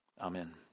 Amen